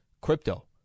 crypto